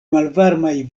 malvarmaj